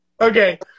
Okay